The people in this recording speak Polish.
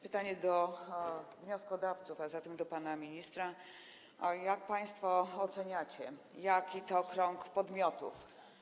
Pytanie do wnioskodawców, a zatem do pana ministra: Jak państwo oceniacie, jaki to krąg podmiotów?